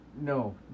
No